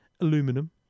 aluminum